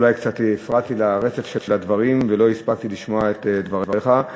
אולי קצת הפרעתי לרצף של הדברים ולא הספקתי לשמוע את דבריך,